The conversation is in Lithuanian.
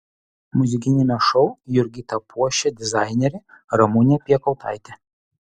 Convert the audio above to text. muzikiniame šou jurgitą puošia dizainerė ramunė piekautaitė